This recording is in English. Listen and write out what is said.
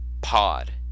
Pod